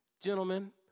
Gentlemen